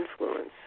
influence